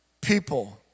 people